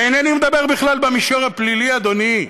ואינני מדבר בכלל במישור הפלילי, אדוני,